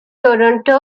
toronto